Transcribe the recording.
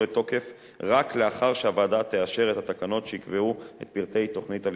לתוקף רק לאחר שהוועדה תאשר את התקנות שיקבעו את פרטי תוכנית הליווי,